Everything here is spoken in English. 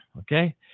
okay